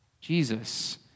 Jesus